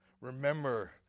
Remember